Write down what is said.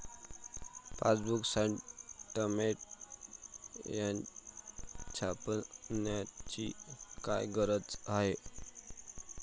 Passbook statement छापण्याची काय गरज आहे?